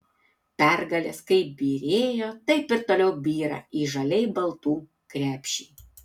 pergalės kaip byrėjo taip ir toliau byra į žaliai baltų krepšį